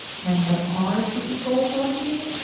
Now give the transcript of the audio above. and what our treatment goals ought to be.